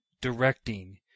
directing